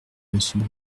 monsieur